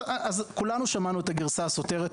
כולנו שמענו את הגרסה הסותרת.